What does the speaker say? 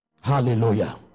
hallelujah